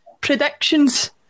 predictions